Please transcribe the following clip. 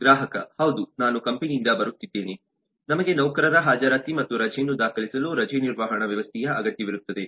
ಗ್ರಾಹಕ ಹೌದು ನಾನು ಕಂಪನಿಯಿಂದ ಬರುತ್ತಿದ್ದೇನೆ ನಮಗೆ ನೌಕರರ ಹಾಜರಾತಿ ಮತ್ತು ರಜೆಯನ್ನು ದಾಖಲಿಸಲು ರಜೆ ನಿರ್ವಹಣಾ ವ್ಯವಸ್ಥೆಯ ಅಗತ್ಯವಿರುತ್ತದೆ